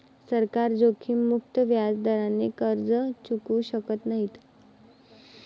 सरकार जोखीममुक्त व्याजदराने कर्ज चुकवू शकत नाही